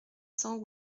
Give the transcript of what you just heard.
cents